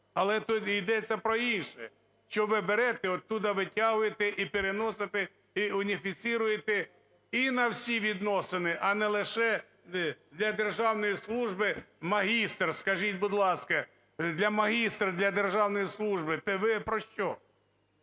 Але тут йдеться про інше, що ви берете оттуда витягуєте і переносите, і уніфіцируєте і на всі відносини, а не лише для державної служби магістр. Скажіть, будь ласка, магістр для державної служби, та ви про що?